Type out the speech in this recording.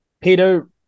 Peter